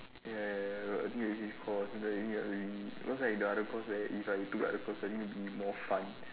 ya ya ya i think you change course cause like the other course like that if i took other course i think will be more fun